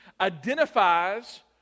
identifies